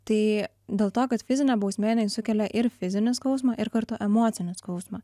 tai dėl to kad fizinė bausmė jinai sukelia ir fizinį skausmą ir kartu emocinį skausmą